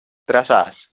ترٛےٚ ساس